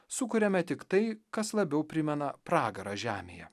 sukuriame tik tai kas labiau primena pragarą žemėje